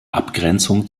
abgrenzung